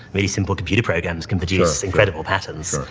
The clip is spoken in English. really simple computer programs can produce incredible patterns.